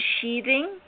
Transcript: sheathing